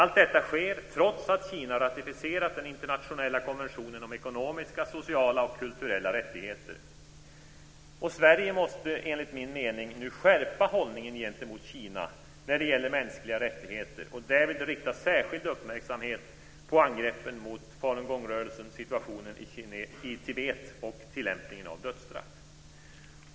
Allt detta sker trots att Kina ratificerat den internationella konventionen om ekonomiska, sociala och kulturella rättigheter. Sverige måste nu, enligt min mening, skärpa hållningen gentemot Kina när det gäller mänskliga rättigheter och därvid rikta särskild uppmärksamhet på angreppen mot falungongrörelsen, situationen i Tibet och tillämpningen av dödsstraff.